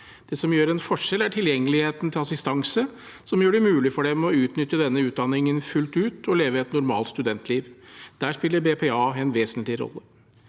Det som gjør en forskjell, er tilgjengeligheten til assistanse, som gjør det mulig for dem å utnytte denne utdanningen fullt ut og leve et normalt studentliv. Der spiller BPA en vesentlig rolle.